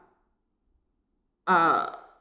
err